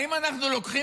האם אנחנו לוקחים